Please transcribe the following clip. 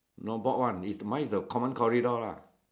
not board one is mine is the common corridor lah